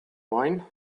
wine